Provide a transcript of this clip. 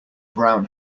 brown